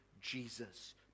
Jesus